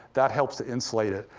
that helps to insulate it.